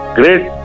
great